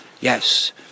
Yes